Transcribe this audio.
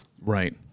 Right